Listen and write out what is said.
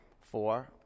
Four